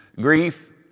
grief